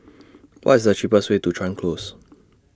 What's The cheapest Way to Chuan Close